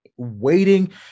Waiting